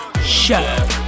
Show